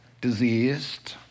diseased